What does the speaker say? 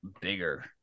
bigger